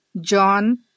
John